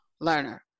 learner